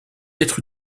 être